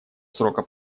срока